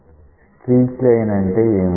streak line అంటేఏమిటి